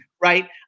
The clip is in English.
right